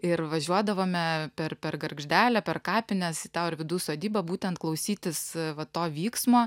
ir važiuodavome per per gargždelę per kapines į tą orvydų sodybą būtent klausytis va to vyksmo